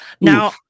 now